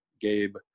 Gabe